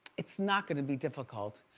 it's not gonna be difficult.